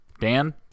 Dan